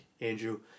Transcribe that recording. Andrew